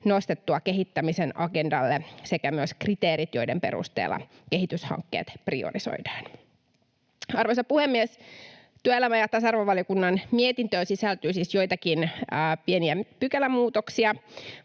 nostettua kehittämisen agendalle, sekä myös kriteerit, joiden perusteella kehityshankkeet priorisoidaan. Arvoisa puhemies! Työelämä- ja tasa-arvovaliokunnan mietintöön sisältyy siis joitakin pieniä pykälämuutoksia.